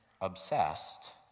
obsessed